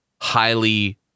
highly